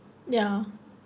ya